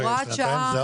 שנתיים.